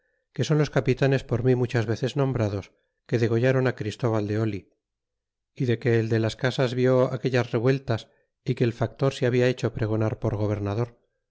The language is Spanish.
que son los capitanes por mi muchas veces nombrados que degollron christval de oh y de que el de las casas vió aquellas revueltas y que el factor se habla hecho pregonar por gobernador